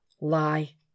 Lie